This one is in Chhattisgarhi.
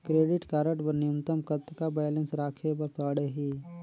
क्रेडिट कारड बर न्यूनतम कतका बैलेंस राखे बर पड़ही?